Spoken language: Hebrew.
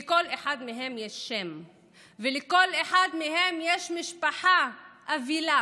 לכל אחד מהם יש שם ולכל אחד מהם יש משפחה אבלה.